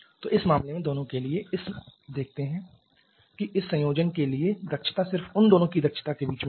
तो इस मामले में दोनों के लिए इस मामले में हम देख सकते हैं कि इस संयोजन के लिए दक्षता सिर्फ उन दोनों की दक्षता के बीच में है